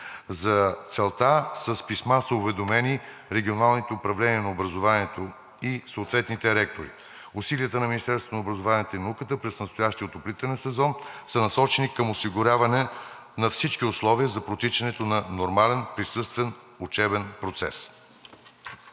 За целта с писма са уведомени регионалните управления на образованието и съответните ректори. Усилията на Министерство на образованието и науката през настоящия отоплителен сезон са насочени към осигуряване на всички условия за протичането на нормален присъствен учебен процес.